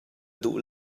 duh